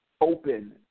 open